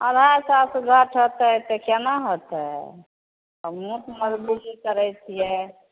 अढ़ाइ सए से होतै तऽ केना होतै करै छियै